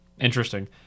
Interesting